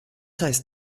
heißt